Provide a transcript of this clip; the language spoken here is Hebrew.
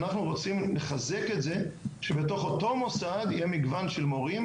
אנחנו רוצים לחזק את זה שבתוך אותו מוסד יהיה מגוון של מורים,